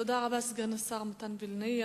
תודה רבה, סגן השר מתן וילנאי.